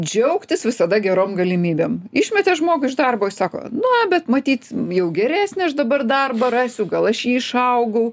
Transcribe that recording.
džiaugtis visada gerom galimybėm išmetė žmogų iš darbo jis sako na bet matyt jau geresnį aš dabar darbą rasiu gal aš jį išaugau